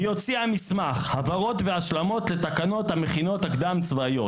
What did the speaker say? הוציאה מסמך: "הבהרות והשלמות לתקנות המכינות הקדם צבאיות".